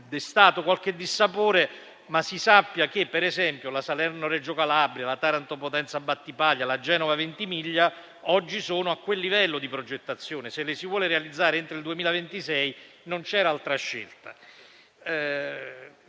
qualche dissapore, ma si sappia, per esempio, che la Salerno-Reggio Calabria, la Taranto-Potenza-Battipaglia e la Genova-Ventimiglia oggi sono a quel livello di progettazione e se le si vuole realizzare entro il 2026, non c'era altra scelta.